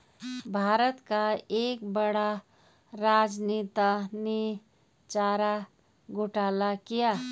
भारत का एक बड़ा राजनेता ने चारा घोटाला किया